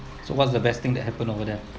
so what's the best thing that happen over there